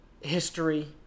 history